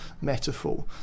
metaphor